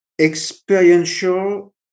Experiential